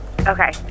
Okay